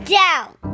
down